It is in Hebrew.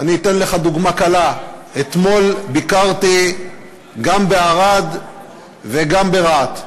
אתן לך דוגמה קלה: אתמול ביקרתי גם בערד וגם ברהט.